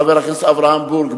חבר הכנסת אברהם בורג,